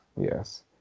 Yes